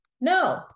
No